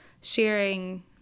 sharing